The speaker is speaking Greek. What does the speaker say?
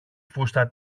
φούστα